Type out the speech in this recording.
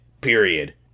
period